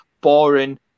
boring